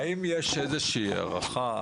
האם יש איזו שהיא הערכה?